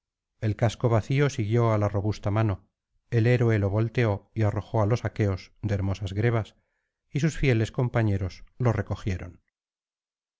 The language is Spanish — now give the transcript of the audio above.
el casco vacío siguió á la robusta mano el héroe lo volteó y arrojó á los aqueos de hermosas grebas y sus fieles compañeros lo recogieron